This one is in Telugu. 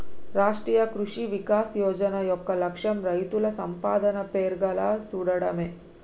రాష్ట్రీయ కృషి వికాస్ యోజన యొక్క లక్ష్యం రైతుల సంపాదన పెర్గేలా సూడటమే